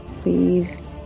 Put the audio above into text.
Please